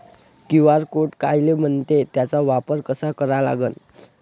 QR code कायले म्हनते, त्याचा वापर कसा करा लागन?